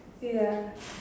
ya